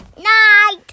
Night